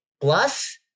Plus